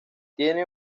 tiene